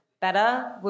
better